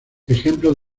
ejemplo